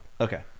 Okay